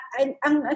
Ang